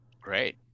Great